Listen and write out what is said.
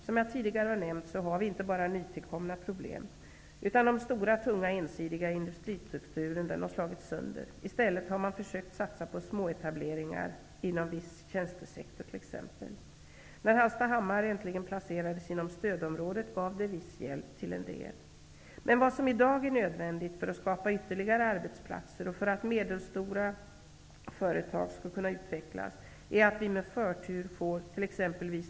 Som jag tidigare nämnt har vi inte bara nytillkomna problem i Västmanland. Den stora, tunga, ensidiga industristrukturen har slagits sönder. I stället har man försökt satsa på småetableringar bl.a. inom viss tjänstesektor. Det blev en viss hjälp när För att vi skall kunna skapa ytterligare arbetsplatser och för att medelstora företag skall kunna utvecklas är det i dag nödvändigt att vi t.ex.